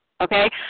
okay